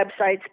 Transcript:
websites